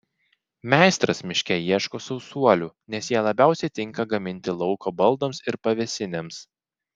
meistras miške ieško sausuolių nes jie labiausiai tinka gaminti lauko baldams ir pavėsinėms